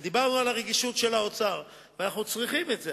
דיברנו על הרגישות של האוצר, ואנחנו צריכים את זה.